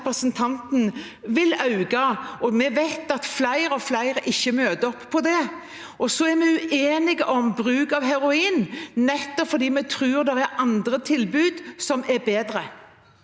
vi vet at flere og flere ikke møter opp på det. Så er vi uenige om bruk av heroin, for vi tror det er andre tilbud som er bedre.